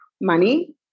money